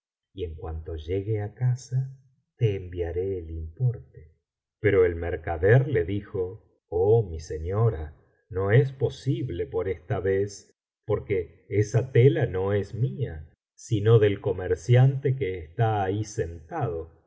y en cuanto llegue á casa te enviaré el importe pero el mercader le dijo oh mi señora no es posible por esta vez porque esa tela no es mía sino del comerciante que está ahí sentado